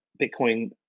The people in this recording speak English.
Bitcoin